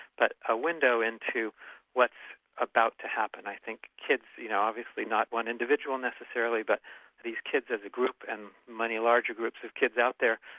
but a window into what's about to happen, i think. kids, you know obviously not one individual necessarily, but these kids as a group and many larger groups of kids out there,